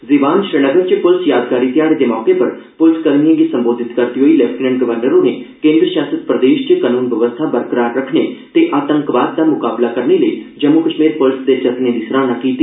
ज़ीवान श्रीनगर च पुलस यादगारी घ्याड़े दे मौके उप्पर पुलसकर्मिए गी संबोधित करदे होई लेफ्टिनेंट गवर्नर होरें केन्द्र शासित प्रर्देश च कानून बवस्था बरकरार रक्खर्न ते आतंकवाद दा मुकाबला करने लेई जम्मू कश्मीर पूलस दे जतने दी सराहना कीती